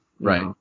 Right